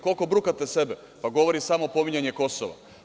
Koliko brukate sebe, govori samo pominjanje Kosova.